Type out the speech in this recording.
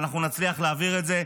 ואנחנו נצליח להעביר את זה.